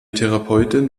therapeutin